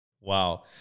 Wow